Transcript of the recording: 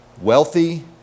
wealthy